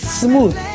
smooth